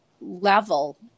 Level